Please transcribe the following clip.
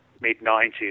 mid-90s